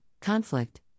conflict